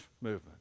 movement